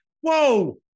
Whoa